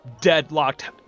deadlocked